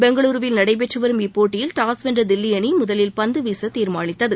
பெங்களுருவில் நடைபெற்று வரும் இப்போட்டியில் டாஸ் வென்ற தில்லி அணி முதலில் பந்து வீச தீர்மானித்தது